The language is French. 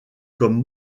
comme